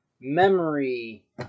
memory